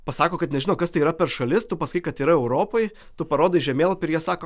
pasako kad nežino kas tai yra per šalis tu pasakai kad yra europoj tu parodai žemėlapy ir jie sako